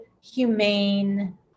humane